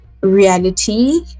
reality